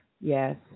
Yes